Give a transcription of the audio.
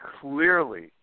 clearly